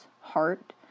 heart